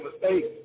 mistakes